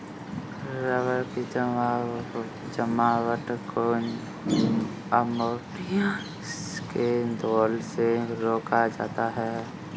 rubber की जमावट को अमोनिया के घोल से रोका जा सकता है